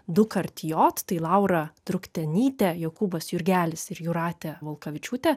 dukart jot tai laura druktenytė jokūbas jurgelis ir jūratė volkavičiūtė